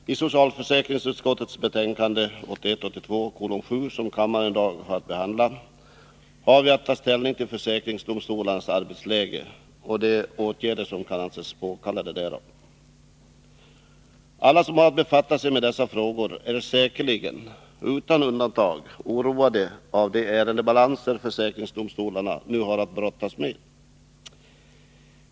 Herr talman! I socialförsäkringsutskottets betänkande 1981/82:7 som kammaren i dag har att behandla, har vi att ta ställning till försäkringsdomstolarnas arbetsläge och de åtgärder som kan anses påkallade därav. Alla som har att befatta sig med dessa frågor är säkerligen, utan undantag, oroade av de ärendebalanser som försäkringsdomstolarna nu har att brottas med.